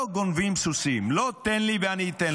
לא גונבים סוסים, לא תן לי ואני אתן לך.